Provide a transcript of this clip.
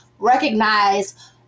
recognize